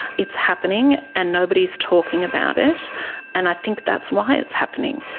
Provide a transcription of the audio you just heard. it's happening and nobody's talking about it and i think that's why it's happening.